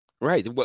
Right